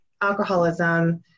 alcoholism